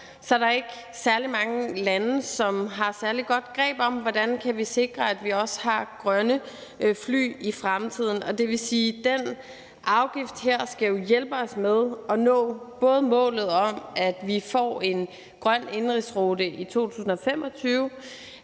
er der ikke særlig mange lande, som har særlig godt greb om, hvordan vi kan sikre, at vi også har grønne fly i fremtiden. Det vil sige, at den afgift her skal hjælpe os med at nå både målet om, at vi får en grøn indenrigsrute i 2025,